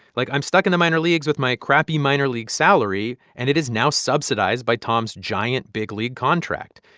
like, i'm stuck in the minor leagues with my crappy minor league salary, and it is now subsidized by tom's giant big-league contract.